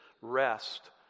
rest